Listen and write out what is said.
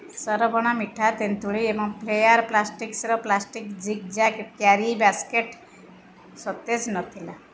ସରବଣା ମିଠା ତେନ୍ତୁଳି ଏବଂ ଫ୍ଲେୟାର୍ ପ୍ଲାଷ୍ଟିକ୍ସ୍ର plastic jig jag carry basket ସତେଜ ନଥିଲା